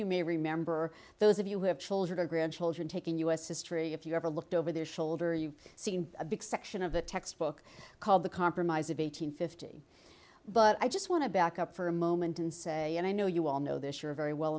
you may remember those of you who have children or grandchildren take in u s history if you ever looked over their shoulder you've seen a big section of the textbook called the compromise of eight hundred fifty but i just want to back up for a moment and say i know you all know this you're very well